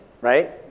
right